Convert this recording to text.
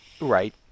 right